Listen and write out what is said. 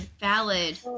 Valid